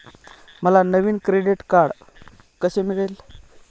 मला नवीन credit card कसे मिळेल?